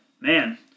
man